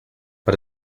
but